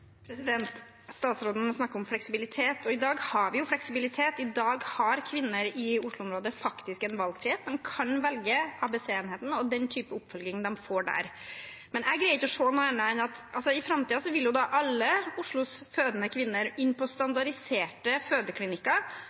Statsråden snakker om fleksibilitet. I dag har vi fleksibilitet, i dag har kvinner i Oslo-området faktisk en valgfrihet. De kan velge ABC-enheten og den type oppfølging de får der. Jeg greier ikke å se noe annet enn at i framtiden vil alle Oslos fødende kvinner inn på standardiserte fødeklinikker,